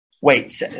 wait